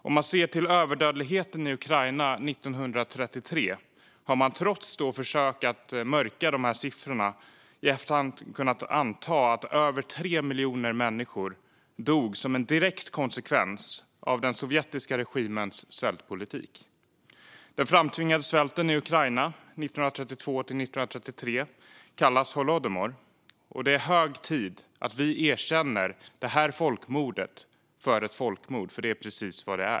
När man har tittat på överdödligheten i Ukraina 1933 har man, trots försök att mörka siffrorna, i efterhand kunnat anta att över 3 miljoner människor dog som en direkt konsekvens av den sovjetiska regimens svältpolitik. Den framtvingade svälten i Ukraina 1932-1933 kallas Holodomor, och det är hög tid att vi erkänner det som det folkmord det faktiskt var.